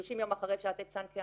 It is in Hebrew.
30 יום אחרי, אפשר לתת סנקציה